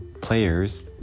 players